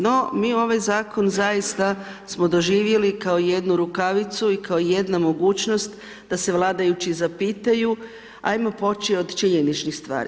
No mi ovaj zakon zaista smo doživjeli kao jednu rukavicu i kao jedna mogućnost da se vladajući zapitaju, ajmo poći od činjeničnih stvari.